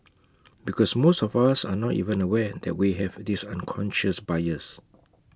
because most of us are not even aware that we have this unconscious bias